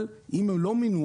אבל אם הם לא מינו,